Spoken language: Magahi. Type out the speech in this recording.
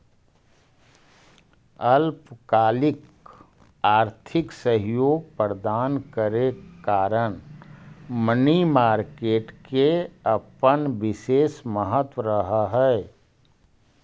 अल्पकालिक आर्थिक सहयोग प्रदान करे कारण मनी मार्केट के अपन विशेष महत्व रहऽ हइ